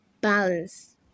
balance